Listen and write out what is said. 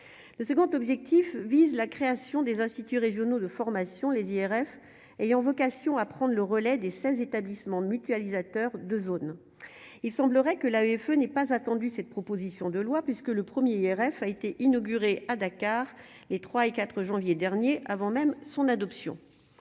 le second objectif vise la création des instituts régionaux de formation les IRF ayant vocation à prendre le relais des 16 établissements de mutualiser acteur de zones, il semblerait que l'AFE n'est pas attendu cette proposition de loi puisque le 1er IRF a été inauguré à Dakar, les 3 et 4 janvier dernier avant même son adoption